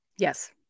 Yes